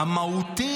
המהות,